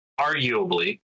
arguably